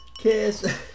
Kiss